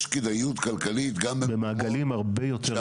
יש כדאיות כלכלית --- במעגלים הרבה יותר רחבים.